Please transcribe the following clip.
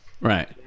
Right